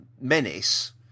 menace